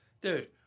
Dude